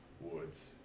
woods